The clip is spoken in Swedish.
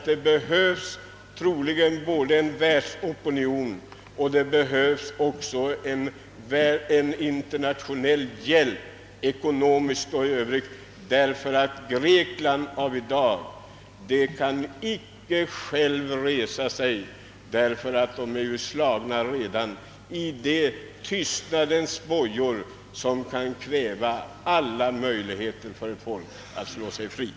Det behövs troligen både en världsopinion och internationell hjälp — ekonomisk och på annat sätt — ty grekerna kan i dag inte själva resa sig. De är slagna i de tystnadens bojor som kväver alla möjligheter till frihet för ett folk.